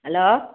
hello